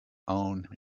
own